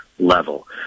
level